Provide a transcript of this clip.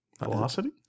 Velocity